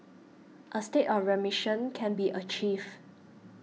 a state of remission can be achieved